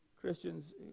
Christians